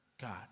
God